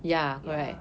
ya